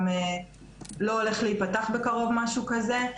גם לא הולך להיפתח בקרוב משהו כזה.